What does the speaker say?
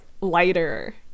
lighter